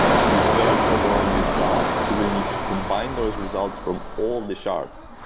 if you search over all your shards, you will need to combine those results from all the shards.